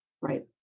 Right